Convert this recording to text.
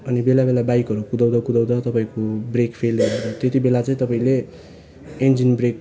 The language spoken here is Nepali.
अनि बेला बेला बाइकहरू कुदाउँदा कुदाउँदा तपाईँको ब्रेक फेल हुनु त्यतिबेला चाहिँ तपाईँले इन्जिन ब्रेक